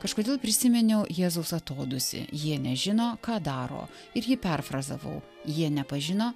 kažkodėl prisiminiau jėzaus atodūsį jie nežino ką daro ir jį perfrazavau jie nepažino